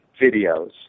videos